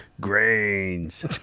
grains